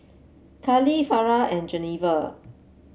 Karlee Farrah and Geneva